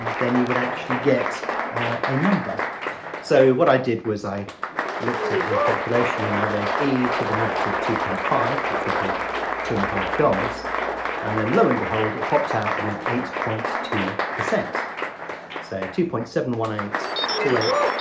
then you would actually get a number so what i did was i looked at the calculation and i raised e to the negative two point five which would be two and a half goals and then lo and behold it popped out with eight point two so two point seven one eight two eight